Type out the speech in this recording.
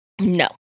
No